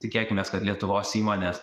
tikėkimės kad lietuvos įmonės